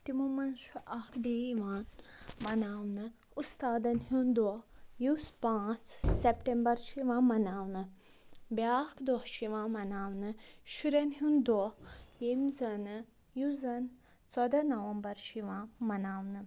تِمو منٛز چھُ اکھ ڈے یِوان مناونہٕ اُستادَن ہُنٛد دۄہ یُس پانٛژھ سٮ۪پٹٕمبَر چھُ یِوان مناونہٕ بیٛاکھ دۄہ چھُ یِوان مناونہٕ شُرٮ۪ن ہُنٛد دۄہ ییٚمہِ زَنہٕ یُس زَن ژۄداہ نَومبَر چھُ یِوان مناونہٕ